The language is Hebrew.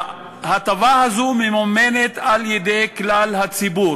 ההטבה הזאת ממומנת על-ידי כלל הציבור,